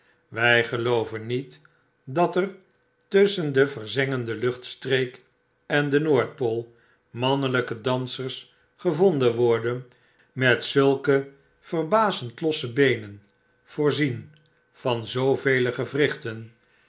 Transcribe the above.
wy gelooven niet dat er tusschen de verzengde luchtstreek en de noordpool mannelyke dansers gevonden worden met zulke verbazend losse beenen voorzien van zoovele fewrichten